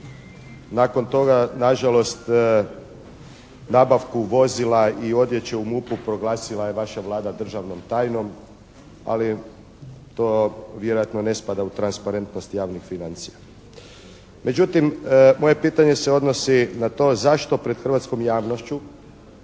Nakon toga nažalost nabavku vozila i odjeće u MUP-u proglasila je vaša Vlada državnom tajnom, ali to vjerojatno ne spada u transparentnost javnih financija. Međutim moje pitanje se odnosi na to zašto pred hrvatskom javnošću